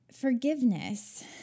Forgiveness